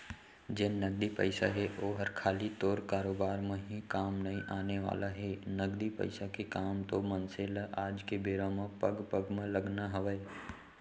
जेन नगदी पइसा हे ओहर खाली तोर कारोबार म ही काम नइ आने वाला हे, नगदी पइसा के काम तो मनसे ल आज के बेरा म पग पग म लगना हवय